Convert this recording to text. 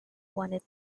wanted